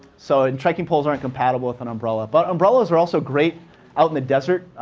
so and trekking poles aren't compatible with an umbrella. but umbrellas are also great out in the desert,